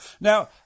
now